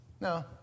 no